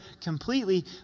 completely